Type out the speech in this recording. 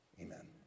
amen